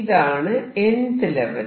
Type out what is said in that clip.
ഇതാണ് nth level